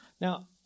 Now